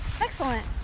Excellent